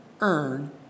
earn